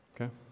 Okay